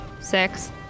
Six